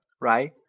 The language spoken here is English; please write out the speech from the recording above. right